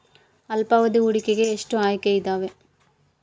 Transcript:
ಅಲ್ಪಾವಧಿ ಹೂಡಿಕೆಗೆ ಎಷ್ಟು ಆಯ್ಕೆ ಇದಾವೇ?